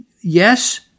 Yes